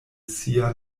sia